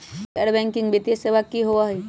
गैर बैकिंग वित्तीय सेवा की होअ हई?